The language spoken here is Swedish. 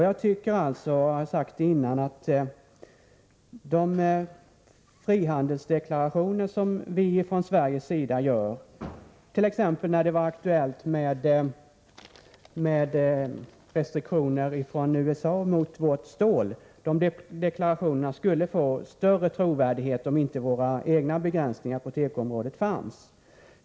Jag tycker, och det har jag sagt tidigare, att de frihandelsdeklarationer som vi gör från Sveriges sida — t.ex. det vi sade när det var aktuellt med restriktioner från USA mot vårt stål — skulle få större trovärdighet om inte våra egna begränsningar på tekoområdet fanns.